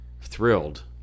thrilled